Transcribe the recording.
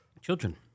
Children